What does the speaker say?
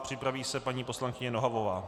Připraví se paní poslankyně Nohavová.